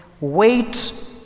wait